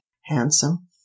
handsome